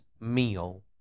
Meal